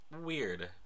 weird